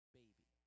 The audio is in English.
baby